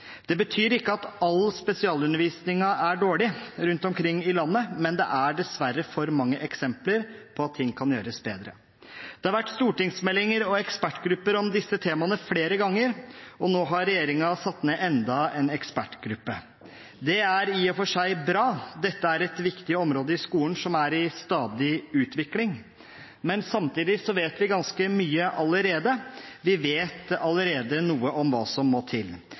Det betyr ikke at all spesialundervisningen er dårlig rundt omkring i landet, men det er dessverre for mange eksempler på at ting kan gjøres bedre. Det har vært stortingsmeldinger og ekspertgrupper om disse temaene flere ganger. Nå har regjeringen satt ned enda en ekspertgruppe. Det er i og for seg bra. Dette er et viktig område i skolen som er i stadig utvikling. Samtidig vet vi ganske mye allerede. Vi vet allerede noe om hva som må til.